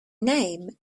name